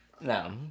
No